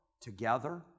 together